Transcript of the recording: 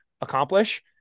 accomplish